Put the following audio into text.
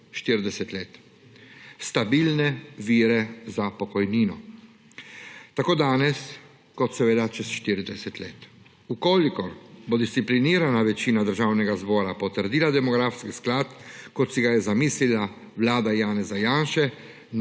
40 let, stabilne vire za pokojnino tako danes kot seveda čez 40 let. Če bo disciplinirana večina Državnega zbora potrdila demografski sklad, kot si ga je zamislila vlada Janeza Janše,